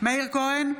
מאיר כהן,